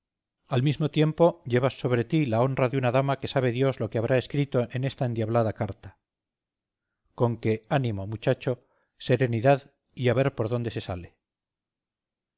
al mismo tiempo llevas sobre ti la honra de una dama que sabe dios lo que habrá escrito en esta endiablada carta con que ánimo muchacho serenidad y a ver por dónde se sale